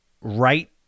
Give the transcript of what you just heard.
right